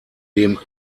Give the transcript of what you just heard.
dem